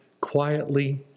quietly